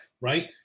right